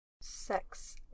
Sex